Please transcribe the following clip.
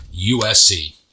USC